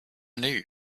knew